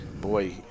Boy